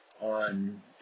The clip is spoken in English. on